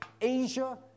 Asia